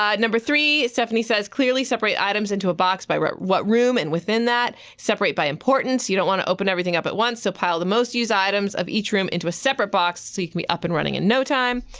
um three, stephanie says, clearly separate items into a box by what what room, and within that, separate by importance. you don't want to open everything up at once, so pile the most used items of each room into a separate box. so you can be up and running in no time.